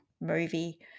movie